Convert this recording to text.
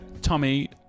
Tommy